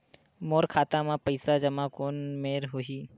मोर खाता मा पईसा जमा कोन मेर होही?